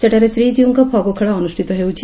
ସେଠାରେ ଶ୍ରୀକୀଉଙ୍କ ଫଗୁ ଖେଳ ଅନୁଷ୍ଠିତ ହେଉଛି